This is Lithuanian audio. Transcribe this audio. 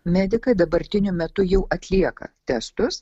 medikai dabartiniu metu jau atlieka testus